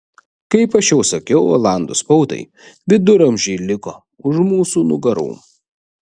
kaip aš jau sakiau olandų spaudai viduramžiai liko už mūsų nugarų